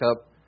up